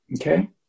Okay